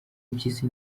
mpyisi